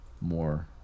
more